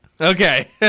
Okay